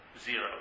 zero